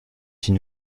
une